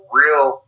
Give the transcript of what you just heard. real